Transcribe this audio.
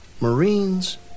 Marines